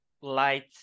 light